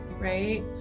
right